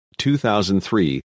2003